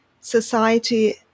society